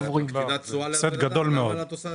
מעבר ביום ספציפי זה